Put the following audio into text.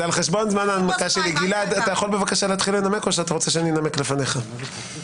נתתי לך אפילו חמש